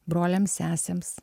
broliam sesėms